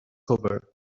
cover